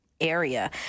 Area